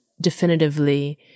definitively